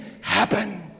happen